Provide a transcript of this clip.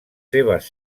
seves